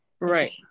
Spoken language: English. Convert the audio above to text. Right